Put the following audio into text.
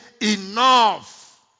enough